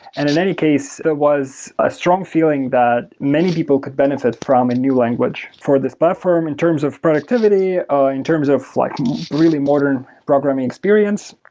and in any case, there was a strong feeling that many people could benefit from a new language for this platform in terms of productivity, ah in terms of like really modern programming experience.